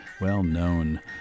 well-known